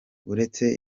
uretse